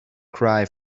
cry